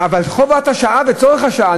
חובת השעה וצורך השעה,